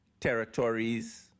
territories